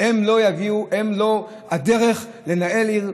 הם לא הדרך לנהל עיר,